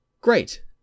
Great